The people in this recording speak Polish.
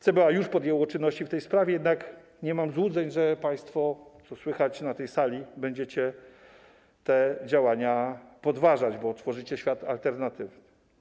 CBA już podjęło czynności w tej sprawie, jednak nie mam złudzeń, że państwo, co słychać na tej sali, będziecie te działania podważać, bo tworzycie świat alternatywny.